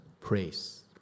praise